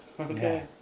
Okay